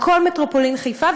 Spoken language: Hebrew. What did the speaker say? לכל מטרופולין חיפה,